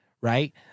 right